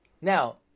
Now